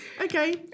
Okay